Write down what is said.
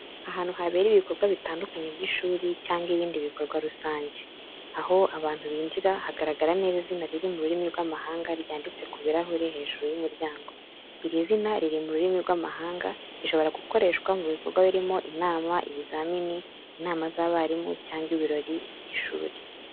Ahantu habera ibikorwa bitandukanye by’ishuri cyangwa ibindi bikorwa rusange. Aho abantu binjira, hagaragara neza izina riri mu rurimi rw'amahanga ryanditse ku ibirahuri hejuru y’umuryango. Iri zina riri mu rurimi rw'amahanga rishobora gukoreshwa mu bikorwa birimo: inama, ibizamini, inama z’abarimu, cyangwa ibirori by’ishuri.